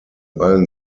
allen